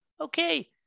okay